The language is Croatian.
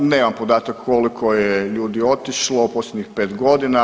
Nemam podatak koliko je ljudi otišlo u posljednjih 5 godina.